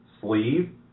sleeve